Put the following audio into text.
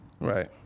Right